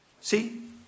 See